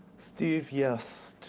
steve, yes.